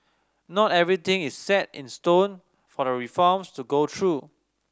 not everything is set in stone for the reforms to go through